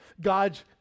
God's